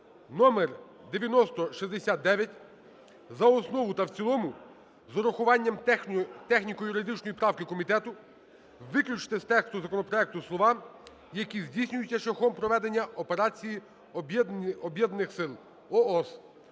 (№ 9069) за основу та в цілому з урахуванням техніко-юридичної правки комітету. Виключити з тексту законопроекту слова "які здійснюються шляхом проведення операції Об'єднаних сил (ООС).